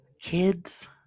kids